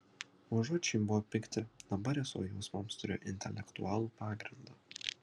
užuot šiaip buvę pikti dabar jie savo jausmams turėjo intelektualų pagrindą